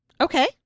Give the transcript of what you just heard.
Okay